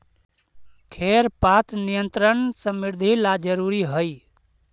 खेर पात नियंत्रण समृद्धि ला जरूरी हई